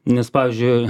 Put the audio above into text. nes pavyzdžiui